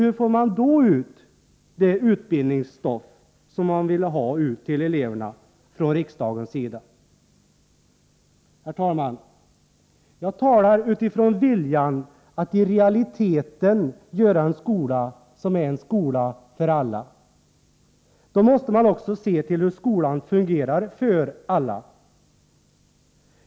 Hur skall det då gå att föra ut det utbildningsstoff riksdagen vill att eleverna skall få del av? Herr talman! Jag talar utifrån viljan att i realiteten göra en skola som är en skola för alla. Då måste man också se till hur skolan fungerar för alla.